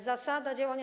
Zasada działania.